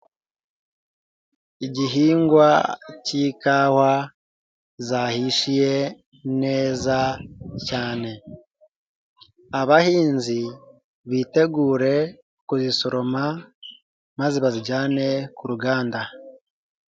Igihingwa k'ikawa zahishiye neza cyane. Abahinzi bitegure kuzisoroma maze bazijyane ku ruganda.